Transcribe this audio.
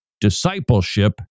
discipleship